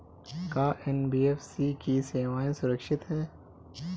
का एन.बी.एफ.सी की सेवायें सुरक्षित है?